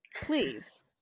please